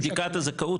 זאת אומרת שבדיקת הזכאות,